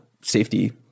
safety